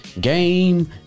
Game